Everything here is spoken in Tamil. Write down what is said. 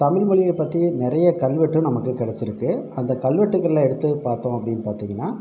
தமிழ்மொழியை பற்றி நிறைய கல்வெட்டு நமக்கு கிடச்சிருக்கு அந்த கல்வெட்டுகளில் எடுத்துப் பார்த்தோம் அப்படின்னு பார்த்தீங்கன்னா